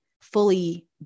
fully